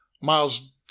Miles